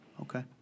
Okay